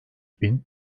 bin